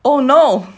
oh no